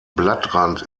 blattrand